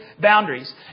boundaries